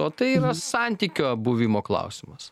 o tai yra santykio buvimo klausimas